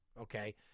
okay